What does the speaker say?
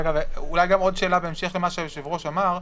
אולי עוד שאלה בהמשך למה שהיושב-ראש אמר.